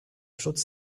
schutz